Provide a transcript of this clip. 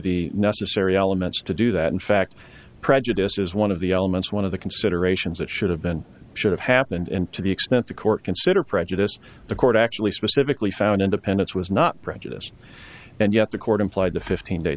the necessary elements to do that in fact prejudice is one of the elements one of the considerations that should have been should have happened and to the extent the court consider prejudice the court actually specifically found independence was not prejudice and yet the court implied the fifteen day